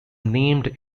named